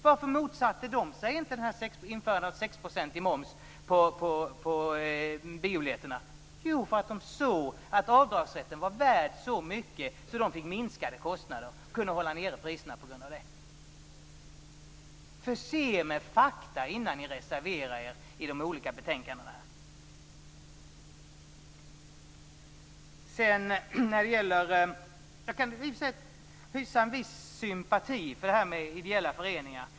Varför motsatte man sig inte införandet av 6-procentig moms på biobiljetterna? Jo, för att man såg att avdragsrätten var värd så mycket att man fick minskade kostnader och därför kunde hålla ned priserna. Förse er själva med fakta innan ni reserverar er i de olika betänkandena. Jag kan hysa en viss sympati för frågan om ideella föreningar.